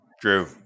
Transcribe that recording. Drew